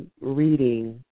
reading